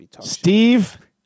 Steve